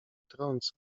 wtrąca